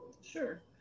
Sure